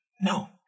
No